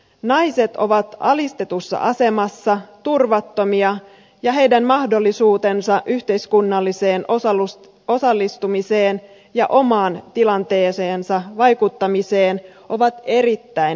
naiset ovat alistetussa asemassa turvattomia ja heidän mahdollisuutensa yhteiskunnalliseen osallistumiseen ja omaan tilanteeseensa vaikuttamiseen ovat erittäin rajalliset